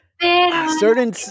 Certain